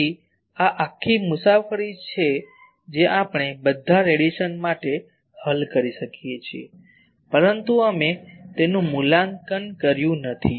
તેથી આ આખી મુસાફરી છે જે આપણે બધા રેડિયેશન માટે હલ કરી શકીએ છીએ પરંતુ અમે તેનું મૂલ્યાંકન કર્યું નથી